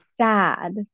sad